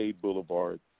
Boulevard